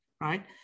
Right